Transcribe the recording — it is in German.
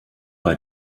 bei